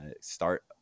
start